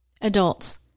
Adults